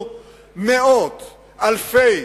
אדוני יושב-ראש המליאה,